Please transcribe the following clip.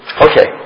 Okay